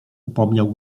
upomniał